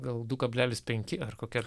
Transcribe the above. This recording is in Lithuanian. gal du kablelis penki ar kokie